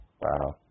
Wow